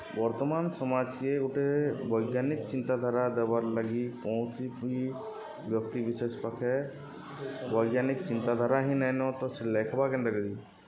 ବର୍ତ୍ତମାନ୍ ସମାଜ୍କେ ଗୁଟେ ବୈଜ୍ଞାନିକ୍ ଚିନ୍ତାଧାରା ଦେବାର୍ ଲାଗି କୌଣସି ବି ବ୍ୟକ୍ତି ବିଶେଷ୍ ପାଖେ ବୈଜ୍ଞାନିକ୍ ଚିନ୍ତାଧାରା ହିଁ ନାଇଁନ ତ ସେ ଲେଖ୍ବା କେନ୍ତାକରି